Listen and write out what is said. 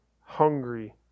hungry